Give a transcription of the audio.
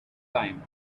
time